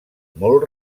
molt